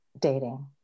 dating